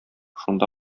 шунда